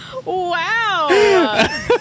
Wow